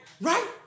right